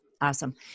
Awesome